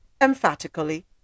emphatically